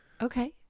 Okay